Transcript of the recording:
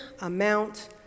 amount